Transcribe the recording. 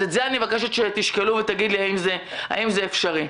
אז את זה אני מבקשת שתשקלו ותגיד לי האם זה אפשרי.